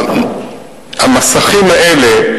המסכים האלה,